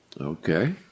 Okay